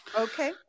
Okay